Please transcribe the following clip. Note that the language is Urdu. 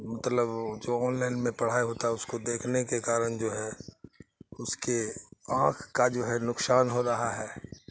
مطلب جو آن لائن میں پڑھائی ہوتا ہے اس کو دیکھنے کے کارن جو ہے اس کے آنکھ کا جو ہے نقصان ہو رہا ہے